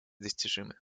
достижимы